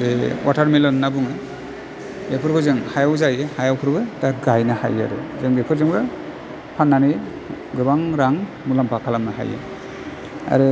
जे वाटार मिलन होनना बुङो बेफोरखौ जों हायाव जायो हायावफोरबो दा गायनो हायो आरो जों बेफोरजोंबो फाननानै गोबां रां मुलाम्फा खालामनो हायो आरो